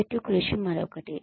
జట్టుకృషి మరొకటి